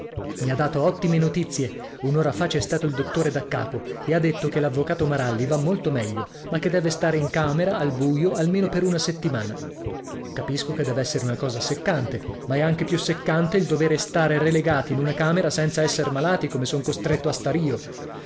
i ha dato ottime notizie un'ora fa c'è stato il dottore daccapo e ha detto che l'avvocato maralli va molto meglio ma che deve stare in camera al buio almeno per una settimana capisco che dev'essere una cosa seccante ma è anche più seccante il dovere stare relegati in una camera senza esser malati come son costretto a star io